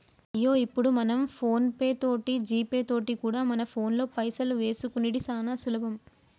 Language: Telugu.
అయ్యో ఇప్పుడు మనం ఫోన్ పే తోటి జీపే తోటి కూడా మన ఫోన్లో పైసలు వేసుకునిడు సానా సులభం